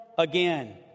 again